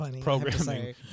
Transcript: programming